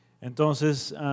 Entonces